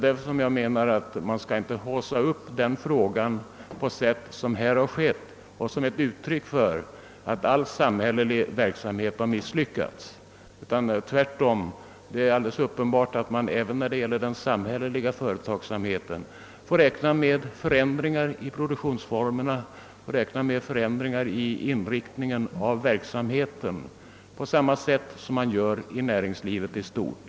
Därför anser jag att man inte skall haussa upp denna fråga på det sätt man har gjort. Man har velat se detta företags verksamhet som ett uttryck för att all samhällelig verksamhet misslyckats. Enligt min mening är det tvärtom alledeles uppenbart att vi, när det gäller den samhälleliga verksamheten, får räkna med förändringar i produktionsformerna och förändringar i inriktningen på samma sätt som man får göra inom näringslivet i stort.